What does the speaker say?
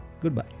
Goodbye